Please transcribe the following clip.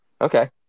Okay